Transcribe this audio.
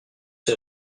ces